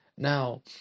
Now